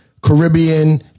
Caribbean